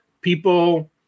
people